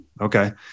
okay